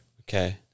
Okay